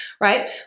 right